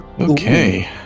Okay